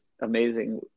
amazing